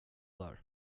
där